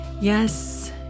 Yes